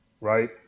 right